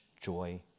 joy